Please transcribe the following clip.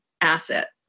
asset